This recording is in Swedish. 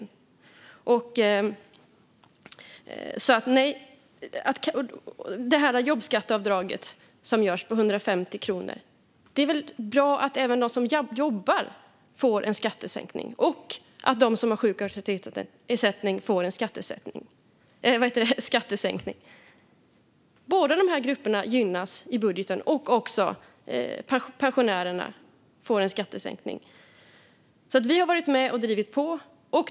När det gäller det jobbskatteavdrag på 150 kronor som görs är det väl bra att både de som jobbar och de som har sjuk och aktivitetsersättning får en skattesänkning? Båda dessa grupper gynnas i budgeten. Även pensionärerna får en skattesänkning. Vi har varit med och drivit på.